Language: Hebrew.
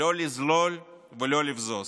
לא לזלול ולא לבזוז.